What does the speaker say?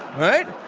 right?